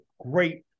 great